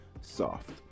soft